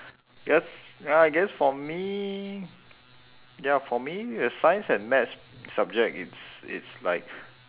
yes well I guess for me ya for me the science and math subject it's it's like